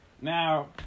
Now